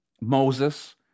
Moses